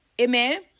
Amen